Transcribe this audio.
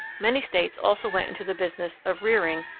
many states also went into the business of rearing,